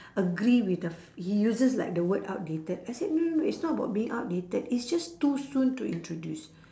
agree with the f~ he uses like the word outdated I said no no no it's not about being outdated it's just too soon to introduce